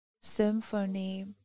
symphony